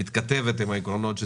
העקרונות שציינתי.